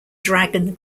dragon